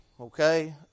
Okay